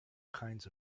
kinds